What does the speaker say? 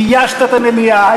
ביישת את המליאה,